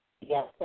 Yes